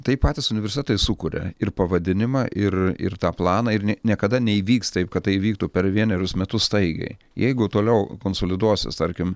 tai patys universitetai sukuria ir pavadinimą ir ir tą planą ir ne niekada neįvyks taip kad tai įvyktų per vienerius metus staigiai jeigu toliau konsoliduosis tarkim